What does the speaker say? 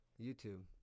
YouTube